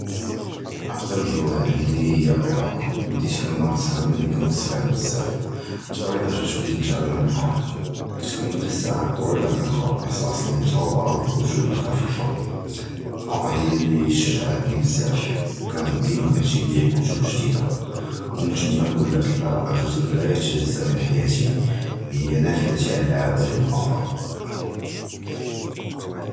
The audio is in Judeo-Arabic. אֲקְדַּם הֻוַויָּה אֶלִי כַנִּיָּא הִיָּא אֶל-קִרְאָה, בְּדֵית כַנִּמְרַסְהָה מַלִי כְנִּתְסַגַּר בְּזַבַּא, תַּקְרִיבָּה פִיּש בְּדֵית כַנִּתְעַלֵּם נִקְרִי. כְנִּכְּנְדִּס סָאוּעַת טְּווִילָה כַנִּקְרִי אֶל-קְסָאסּ אֶל-מֻסַווּרָה וְאֶל-כֻּתּוּב אֶל-חַ'פִיפ. מָאמָא הִיָּא אֶלִי שַּׁגְּעָאתְנִי בְּזַבַּא, כְּנִּתְמִיָּא כַתְּגִ'יב לִיָּא כֻתּוּב גְּדִידָה, וְמִן תַּמָּאק וְלָאת אֶל-קִרְאָה גּ'וּזְ א לָא יִתְגַ'זָּאא מִן חַיַּאתִי, הִיָּא נַאפְדְזִיתִי עַל עֻוָאלְם אַחְרָא.